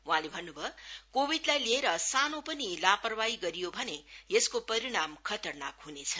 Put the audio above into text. वहाँले भन्नु भयो कोविडलाई लिएर सानो पनि लापरवाही गरियो भने यसको परिणाम खतरनाक हुनेछ